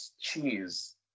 cheese